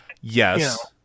yes